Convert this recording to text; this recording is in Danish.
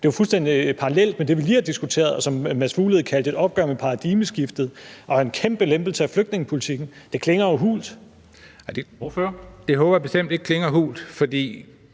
Det er jo fuldstændig parallelt med det, vi lige har diskuteret, og som hr. Mads Fuglede kaldte et opgør med paradigmeskiftet og en kæmpe lempelse af flygtningepolitikken. Det klinger jo hult. Kl. 16:23 Formanden (Henrik